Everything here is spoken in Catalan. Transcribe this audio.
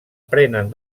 prenen